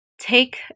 take